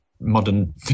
modern